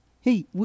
Hey